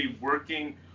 working